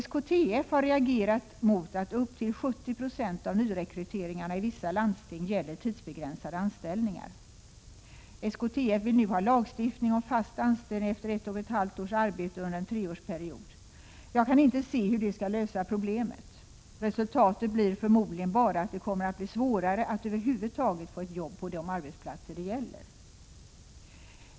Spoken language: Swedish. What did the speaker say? SKTF har reagerat mot att upp till 70 96 av nyrekryteringarna i vissa landsting gäller tidsbegränsade anställningar. SKTF vill nu ha lagstiftning om fast anställning efter ett och ett halvt års arbete under en treårsperiod. Jag kan inte se hur det skall lösa problemet. Resultatet blir förmodligen bara att det kommer att bli svårare att över huvud taget få ett jobb på de arbetsplatser det gäller.